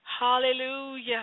Hallelujah